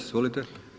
Izvolite.